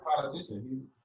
politician